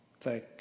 Thank